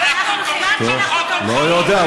אני לא יודע,